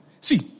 see